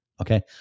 Okay